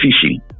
fishing